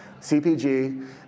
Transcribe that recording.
CPG